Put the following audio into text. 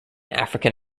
african